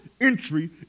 Entry